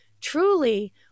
Truly